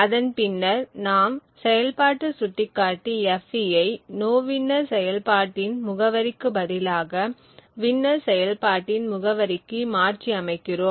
அதன்பின்னர் நாம் செயல்பாட்டு சுட்டிக்காட்டி fp யை நோவின்னர் செயல்பாட்டின் முகவரிக்கு பதிலாக வின்னர் செயல்பாட்டின் முகவரிக்கு மாற்றி அமைக்கிறோம்